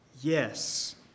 yes